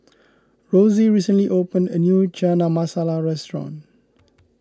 Rosie recently opened a new Chana Masala restaurant